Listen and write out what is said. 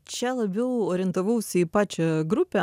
čia labiau orientavausi į pačią grupę